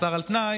מאסר על תנאי,